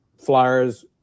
flyers